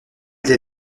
des